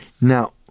Now